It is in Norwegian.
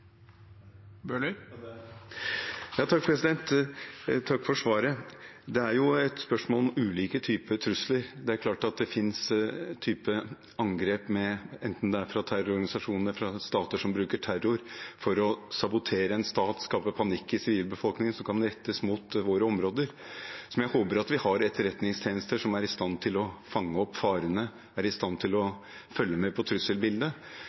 Takk for svaret. Det er jo et spørsmål om ulike typer trusler. Det er klart at det finnes typer angrep, enten det er fra terrororganisasjoner eller fra stater som bruker terror for å sabotere en stat og skape panikk i sivilbefolkningen, som kan rettes mot våre områder, og jeg håper vi har en etterretningstjeneste som er i stand til å fange opp farene og følge med på trusselbildet. I bestemte situasjoner, som vi jo må være forberedt på